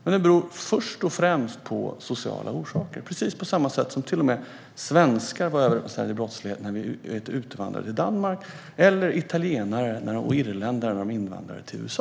Det har dock först och främst sociala orsaker - precis på samma sätt som att svenskar var överrepresenterade i brottslighet när vi utvandrade till Danmark eller att italienare och irländare var det när de utvandrade till USA.